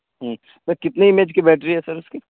ہوں سر کتنے M H کی بیٹری ہے سر اس کی